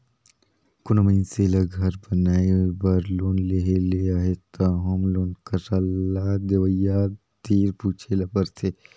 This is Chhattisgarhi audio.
कोनो मइनसे ल घर बनाए बर लोन लेहे ले अहे त होम लोन कर सलाह देवइया तीर पूछे ल परथे